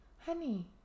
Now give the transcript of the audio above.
honey